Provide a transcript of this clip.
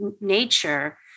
nature